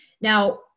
Now